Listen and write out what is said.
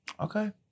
Okay